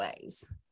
ways